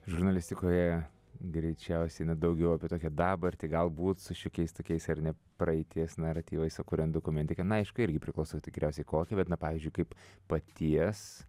žurnalistikoje greičiausiai net daugiau apie tokią dabartį galbūt su šiokiais tokiais ar ne praeities naratyvais o kuriant dokumentiką na aišku irgi priklauso tikriausiai kokią bet na pavyzdžiui kaip paties